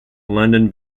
london